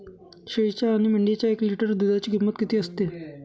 शेळीच्या आणि मेंढीच्या एक लिटर दूधाची किंमत किती असते?